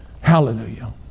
Hallelujah